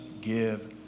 give